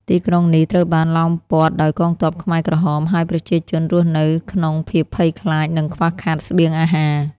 ទីក្រុងនេះត្រូវបានឡោមព័ទ្ធដោយកងទ័ពខ្មែរក្រហម ហើយប្រជាជនរស់នៅក្នុងភាពភ័យខ្លាច និងខ្វះខាតស្បៀងអាហារ។